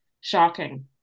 shocking